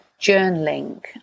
journaling